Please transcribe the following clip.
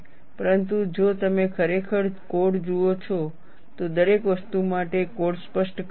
પરંતુ જો તમે ખરેખર કોડ જુઓ છો તો દરેક વસ્તુ માટે કોડ સ્પષ્ટ કરે છે